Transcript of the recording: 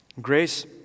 Grace